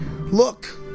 Look